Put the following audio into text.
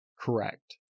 correct